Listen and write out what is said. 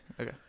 okay